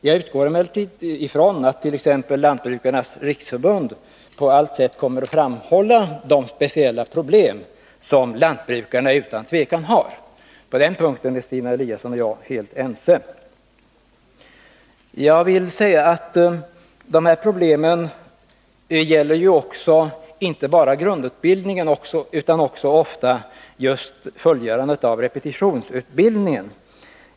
Jag utgår emellertid från att t.ex. Lantbrukarnas riksförbund på allt sätt kommer att framhålla de speciella problem som lantbrukarna utan tvivel har — på den punkten är Stina Eliasson och jag helt överens. Dessa problem gäller inte bara grundutbildningen utan också fullgörandet av repetitionsutbildningen.